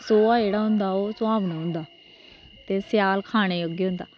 सोहा जेहड़ा होंदा ओह् सुहावना होंदा ते स्याल खाने जोहगा होंदा